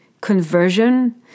conversion